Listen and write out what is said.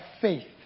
faith